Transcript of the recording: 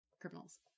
criminals